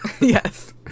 Yes